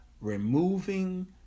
removing